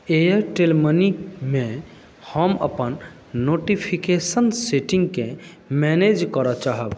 Airtel मनीमे हम अपन नोटिफिकेशन सेटिंगके मैनेज करऽ चाहब